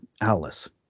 Alice